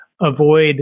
avoid